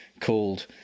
called